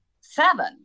seven